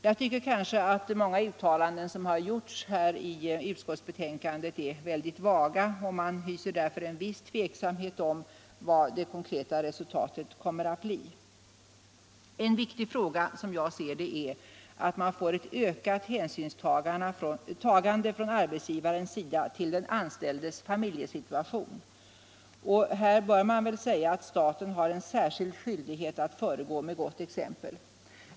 Jag tycker all många uttalanden som har gjorts i utskottsbetänkandet är väldigt Kvinnor i statlig 120 vaga, och jag hyser därför tveksamhet om vad det konkreta resultatet skall bli. En viktig fråga är att man får ett ökat hänsynstagande från arbetsgivarens sida till den anställdes familjesituation. och staten har väl här en särskild skyldighet att föregå med gott exempel.